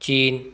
China